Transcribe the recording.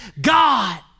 God